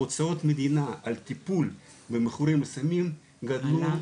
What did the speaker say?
הוצאות המדינה על טיפולים במכורים לסמים גדלו,